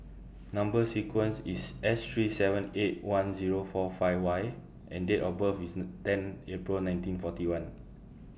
Number sequence IS S three seven eight one Zero four five Y and Date of birth IS ten April nineteen forty one